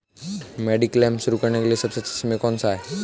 Mediclaim शुरू करने का सबसे अच्छा समय कौनसा है?